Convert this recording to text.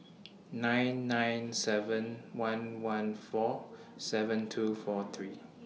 nine nine seven one one four seven two four three